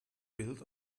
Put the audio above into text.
built